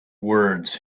words